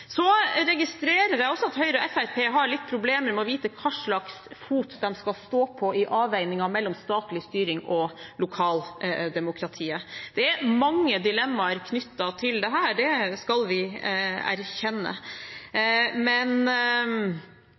Så registrerer jeg også at Høyre og Fremskrittspartiet har litt problemer med å vite hva slags fot de skal stå på i avveiningen mellom statlig styring og lokaldemokratiet. Det er mange dilemmaer knyttet til dette, det skal vi erkjenne. Men